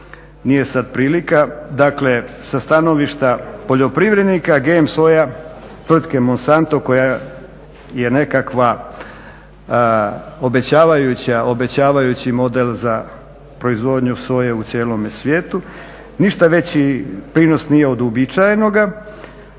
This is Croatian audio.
nije sad prilika, dakle sa stanovišta poljoprivrednika GMO soja tvrtke Monsanto koja je nekakav obećavajući model za proizvodnju soje u cijelome svijetu, ništa veći prinos nije od uobičajenog,